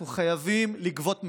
אנחנו חייבים לגבות מחיר,